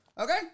Okay